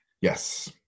Yes